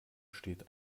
steht